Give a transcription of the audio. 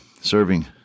serving